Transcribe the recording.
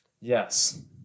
Yes